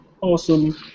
awesome